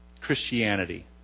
Christianity